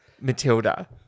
Matilda